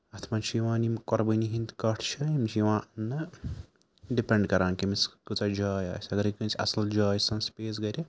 اَتھ چھِ یِوان یِم قۄربٲنی ہِنٛدۍ کٹھ چھِ یِم چھِ یِوان اَنٛنہٕ ڈِپٮ۪نٛڈ کَران کمِس کۭژاہ جاے آسہِ اَگَرے کٲنٛسہِ اَصٕل جاے چھِ آسان سپیس گرِ